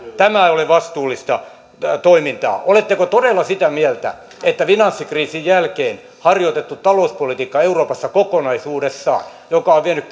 tämä ei ole vastuullista toimintaa oletteko todella sitä mieltä että finanssikriisin jälkeen harjoitettu talouspolitiikka euroopassa kokonaisuudessaan joka on vienyt